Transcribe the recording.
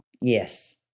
Yes